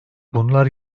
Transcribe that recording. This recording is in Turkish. bunlar